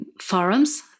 forums